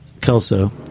Kelso